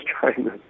China